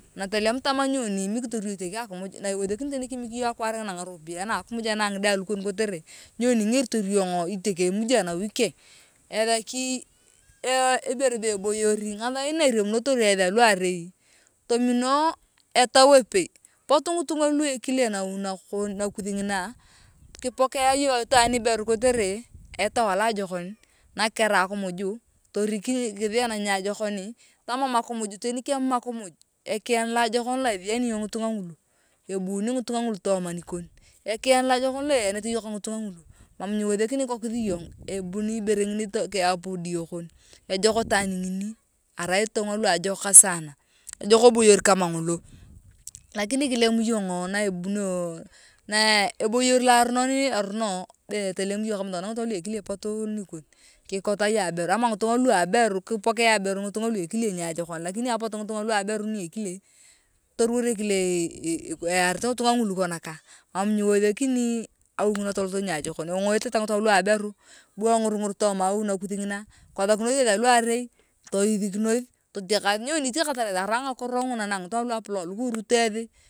Na itolem tama nyoni imikitor yong itekeng akimuj na iwethekini teni kimik iyong akwaar ngina ngaropiae na akimuj ana ngide alukon kotere nyini ingeritor yong itokeng imuj anawi keng ethaki ee ibere be eboyor ngathain na iriamunotor eeth aluarei tomino etau epei potu ngitunga lua ekile nawi nakon nakuath ngina kipotea iyong itwaan niberu kotere etau alojakon nak kerai akimuju torik kithaan niajokoni tamam akimuj teni kemam akimuj ekiyan loajokon loaitheani yong ngitunga ngulu ebuuni ngitunga ngulu tooma nikon ekiyan loajokon lo eyanete iyong ka ngitunga ngulu mam niewethakini kokith iyong ebuni ibere ngini kikook kiyapu diye kon ejok itwaan ngini erai ngitunga loajokak sana ejok eboyor kama ngolo lakini kilem yongo na ebunia na eboyor loaronon erono be tolem yong kama tokona ngitunga lua ekile potu nikon kikata yong ama ngitunga lua aberu kipokea aberu ngitunga lua ekile niajokon lakini apotu ngitunnga lua aberu ni ekile toruwor ekile eyaarit ngitunga ngulu konaka mam nyiwethikini awi ngina tolot niajokon engoyete ta ngitunga lua aberu bu engurngur toroma awi nakusi ngina ekathokinathio eeth aluarei toithikinoth totiakath nyoni etikatareth arai ngakiro nguna na ngitunga aluapolok alu kiurotio eethi.